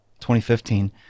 2015